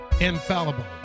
infallible